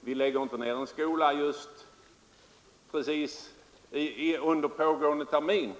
man inte lägger ned en skola under pågående termin.